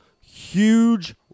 huge